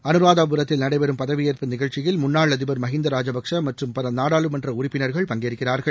அனூாதபரத்தில் நடைபெறும் பதவியேற்பு நிகழ்ச்சியில் முன்னாள் அதிபர் மஹிந்த ராஜபக்சே மற்றும் பல நாடாளுமன்ற உறுப்பினர்கள் பங்கேற்கிறார்கள்